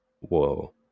whoa